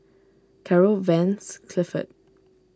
Caryl Vance Clifford